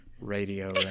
radio